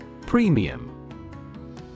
Premium